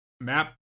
map